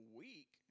week